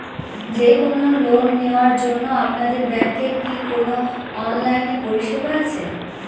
যে কোন লোন নেওয়ার জন্য আপনাদের ব্যাঙ্কের কি কোন অনলাইনে পরিষেবা আছে?